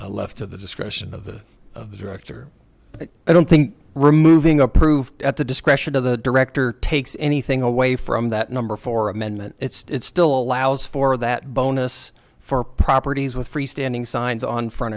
left to the discretion of the of the director but i don't think removing approved at the discretion of the director takes anything away from that number for amendment it's still allows for that bonus for properties with free standing signs on front